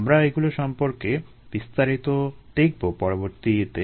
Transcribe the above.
আমরা এগুলো সম্পর্কে বিস্তারিত দেখবো পরবর্তীতে